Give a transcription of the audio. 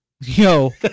yo